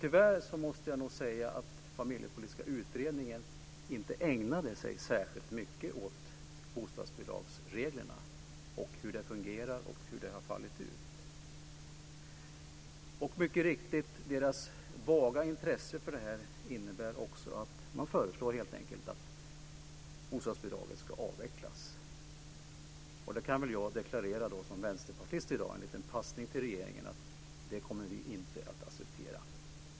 Tyvärr måste jag nog säga att den familjepolitiska utredningen inte ägnade sig särskilt mycket åt bostadsbidragsreglerna, hur de fungerar och hur de har fallit ut. Och mycket riktigt: Det vaga intresset för detta innebär också att man helt enkelt föreslår att bostadsbidraget ska avvecklas. Som vänsterpartist kan jag deklarera i dag i en liten passning till regeringen att det kommer vi inte att acceptera.